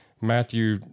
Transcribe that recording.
Matthew